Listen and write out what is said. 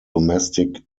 domestic